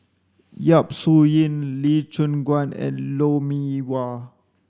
Yap Su Yin Lee Choon Guan and Lou Mee Wah